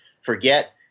Forget